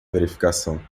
verificação